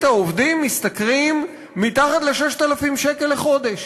העובדים משתכרים מתחת ל-6,000 שקל בחודש.